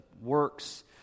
works